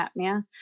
apnea